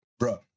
Bruh